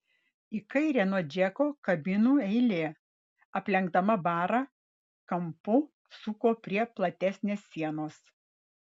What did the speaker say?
į kairę nuo džeko kabinų eilė aplenkdama barą kampu suko prie platesnės sienos